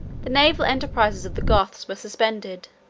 the naval enterprises of the goths were suspended,